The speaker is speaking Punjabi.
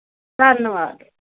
ਧੰਨਵਾਦ